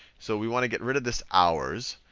so we want to get rid of this hours.